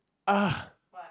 ah